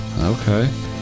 Okay